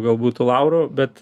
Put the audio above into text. galbūt tų laurų bet